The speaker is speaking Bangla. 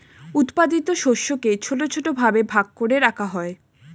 উৎপাদিত শস্যকে ছোট ছোট ভাবে ভাগ করে রাখা হয়